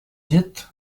llit